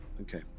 Okay